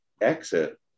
exit